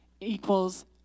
equals